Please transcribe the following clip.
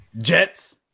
Jets